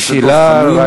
שאלה,